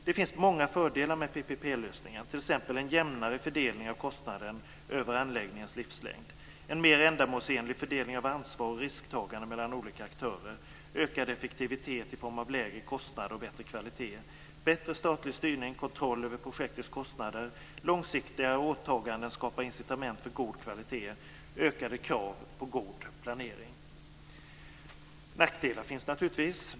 Det finns många fördelar med PPP-lösningen, t.ex. en jämnare fördelning av kostnaden över anläggningens livslängd, en mer ändamålsenlig fördelning av ansvar och risktagande mellan olika aktörer, ökad effektivitet i form av lägre kostnader och bättre kvalitet, bättre statlig styrning och kontroll över projektets kostnader, långsiktiga åtaganden som skapar incitament för god kvalitet, ökade krav på god planering. Nackdelar finns naturligtvis.